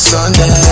Sunday